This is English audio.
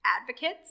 advocates